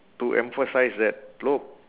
to emphasise that look